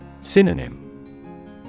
Synonym